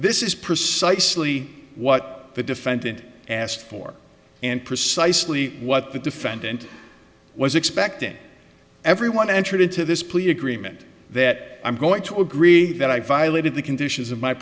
this is precisely what the defendant asked for and precisely what the defendant was expecting everyone entered into this plea agreement that i'm going to agree that i violated the conditions of my